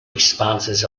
expanses